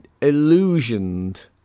illusioned